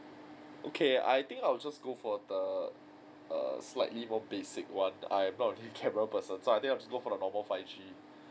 okay I think I'll just go for the err slightly more basic one I'm not really a camera person so I think I'll just go for the normal five G